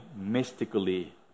mystically